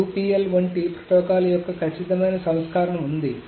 2 PL వంటి protocol యొక్క ఖచ్చితమైన సంస్కరణ ఉంది